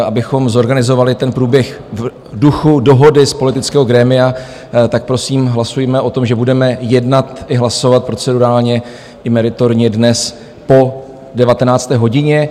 Abychom zorganizovali ten průběh v duchu dohody z politického grémia, tak prosím hlasujme o tom, že budeme jednat i hlasovat procedurálně i meritorně dnes po 19. hodině.